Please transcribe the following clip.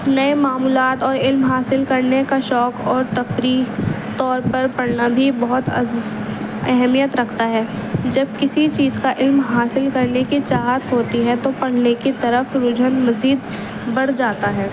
نئے معمولات اور علم حاصل کرنے کا شوق اور تفریح طور پر پڑھنا بھی بہت اہمیت رکھتا ہے جب کسی چیز کا علم حاصل کرنے کی چاہت ہوتی ہے تو پڑھنے کی طرف رجحان مزید بڑھ جاتا ہے